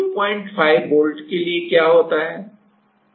अब 05 वोल्ट के लिए क्या होता है